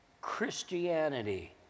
Christianity